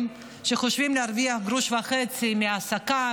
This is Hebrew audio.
שחושבים להרוויח גרוש וחצי מהעסקה,